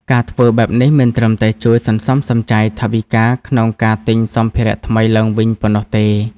ការធ្វើបែបនេះមិនត្រឹមតែជួយសន្សំសំចៃថវិកាក្នុងការទិញសម្ភារៈថ្មីឡើងវិញប៉ុណ្ណោះទេ។